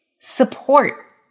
support